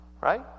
right